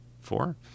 four